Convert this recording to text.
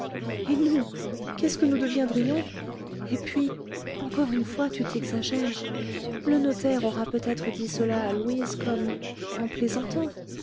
et nous qu'est-ce que nous deviendrions et puis encore une fois tu t'exagères le notaire aura peut-être dit cela à louise comme en plaisantant